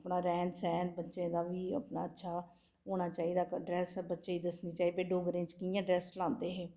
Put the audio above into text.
अपना रैह्न सैह्न बच्चे दा बी अपना अच्छा हून अपना ड्रैस बच्चें गी दस्सनी चाहिदी भई अपनी डोगरे कि'यां ड्रैस लांदे हे